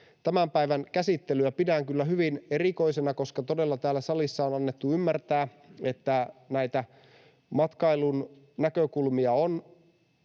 tämän päivän käsittelyä pidän kyllä hyvin erikoisena, koska todella täällä salissa on annettu ymmärtää, että näitä matkailun näkökulmia on